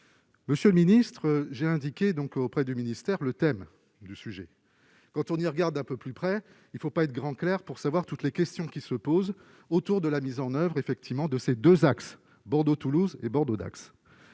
Monsieur le ministre, j'ai indiqué donc auprès du ministère, le thème du sujet quand on y regarde un peu plus près, il ne faut pas être grand clerc pour savoir toutes les questions qui se posent autour de la mise en oeuvre effectivement de ces 2 axes Bordeaux-Toulouse et Bordeaux-Dax